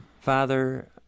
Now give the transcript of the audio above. Father